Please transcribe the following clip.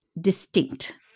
distinct